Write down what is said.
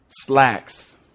Slacks